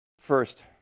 first